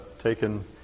taken